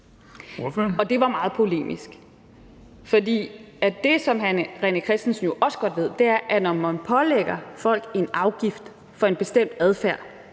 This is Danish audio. Det var meget polemisk, for det, som hr. René Christensen jo også godt ved, er, at man, når man pålægger folk en afgift for en bestemt adfærd,